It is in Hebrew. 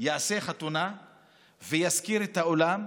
יעשה חתונה וישכיר את האולם?